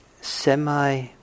semi